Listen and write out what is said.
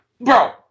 Bro